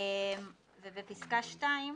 בפסקה (2)